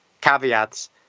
caveats